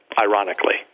ironically